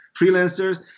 freelancers